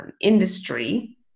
industry